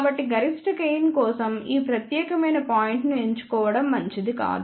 కాబట్టి గరిష్ట గెయిన్ కోసం ఈ ప్రత్యేకమైన పాయింట్ ను ఎంచుకోవడం మంచిది కాదు